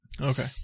Okay